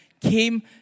came